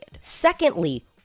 Secondly